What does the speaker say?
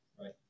right